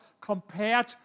compared